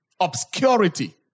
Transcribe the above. obscurity